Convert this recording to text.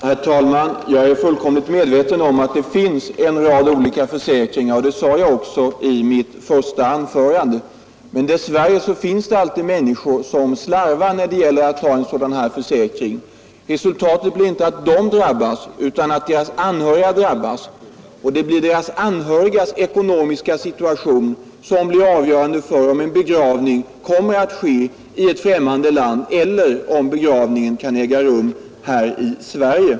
Herr talman! Jag är fullkomligt medveten om att det finns en rad olika försäkringar, och det sade jag också i mitt första anförande. Men dess värre finns det också alltid människor som slarvar när det gäller att ta en sådan här försäkring. Resultatet blir inte att de drabbas utan att deras anhöriga drabbas, och det blir de anhörigas ekonomiska situation som kommer att vara avgörande för om begravningen sker i ett främmande land eller om den kan äga rum här i Sverige.